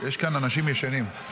יש כאן אנשים ישנים.